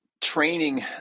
training